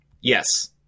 Yes